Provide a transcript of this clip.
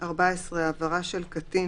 (14) העברה של קטין,